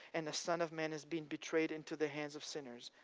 and the son of man is being betrayed into the hands of sinners.